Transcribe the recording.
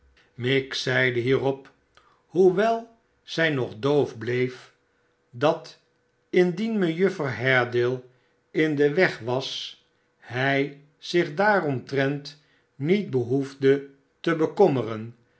miggs zeide hierop hoewel zij nog doof bleef dat indien mejuffer haredale in den weg was hij zich daaromtrent niet behoefde te bekommeren